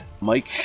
Mike